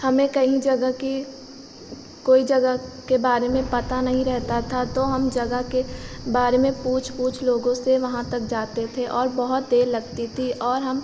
हमें कहीं जगह की कोई जगह के बारे में पता नहीं रहेता था तो हम जगह के बारे में पूछ पूछ लोगों से वहाँ तक जाते थे और बहुत देर लगती थी और हम